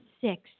Six